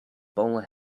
bowler